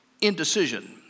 indecision